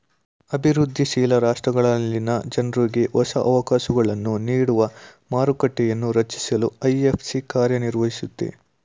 ಅಭಿವೃದ್ಧಿ ಶೀಲ ರಾಷ್ಟ್ರಗಳಲ್ಲಿನ ಜನ್ರುಗೆ ಹೊಸ ಅವಕಾಶಗಳನ್ನು ನೀಡುವ ಮಾರುಕಟ್ಟೆಯನ್ನೂ ರಚಿಸಲು ಐ.ಎಫ್.ಸಿ ಕಾರ್ಯನಿರ್ವಹಿಸುತ್ತೆ